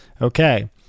Okay